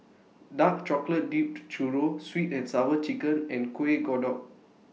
Dark Chocolate Dipped Churro Sweet and Sour Chicken and Kuih Kodok